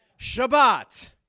Shabbat